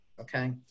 okay